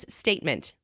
statement